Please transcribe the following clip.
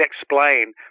explain